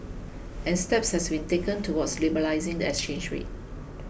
and steps have been taken towards liberalising the exchange rate